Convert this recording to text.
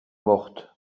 morte